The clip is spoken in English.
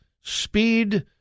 speed